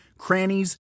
crannies